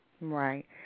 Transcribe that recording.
Right